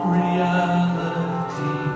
reality